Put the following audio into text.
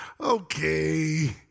okay